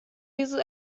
dieses